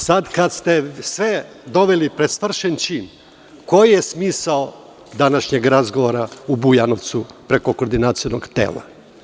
Sada kada ste sve doveli pred svršen čin, koji je smisao današnjeg razgovora u Bujanovcu preko koordinacionog tela?